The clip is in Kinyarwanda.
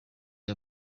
iyi